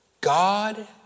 God